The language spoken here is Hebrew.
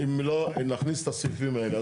אם לא נכניס את הסעיפים האלה.